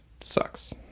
Sucks